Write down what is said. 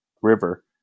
river